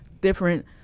Different